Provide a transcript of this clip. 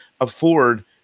afford